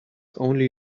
only